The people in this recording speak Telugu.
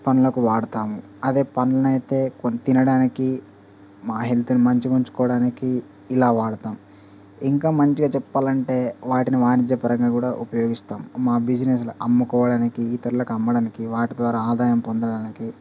పనులకు వాడతాము అదే పండ్లయితే కొన్ని తినడానికి మా హెల్త్ను మంచి ఉంచుకోవడానికి ఇలా వాడుతాం ఇంకా మంచిగా చెప్పాలంటే వాటిని వాణిజ్య పరంగా కూడా ఉపయోగిస్తాం మా బిజినెస్లు అమ్ముకోవడానికి ఇతరులకు అమ్మడానికి వాటి ద్వారా ఆదాయం పొందడానికి